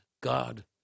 God